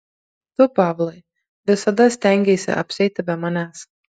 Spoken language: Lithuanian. tu pavlai visada stengeisi apsieiti be manęs